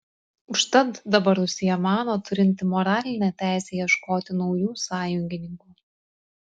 užtat dabar rusija mano turinti moralinę teisę ieškoti naujų sąjungininkų